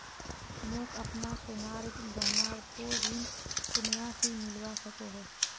मोक अपना सोनार गहनार पोर ऋण कुनियाँ से मिलवा सको हो?